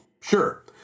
Sure